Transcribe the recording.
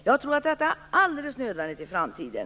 Jag tror att detta är alldeles nödvändigt i framtiden.